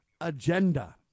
agenda